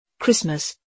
Christmas